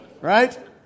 Right